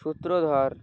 সূত্রধর